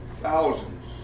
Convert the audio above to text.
thousands